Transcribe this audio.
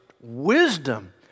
wisdom